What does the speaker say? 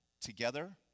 together